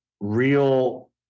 real